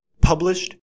Published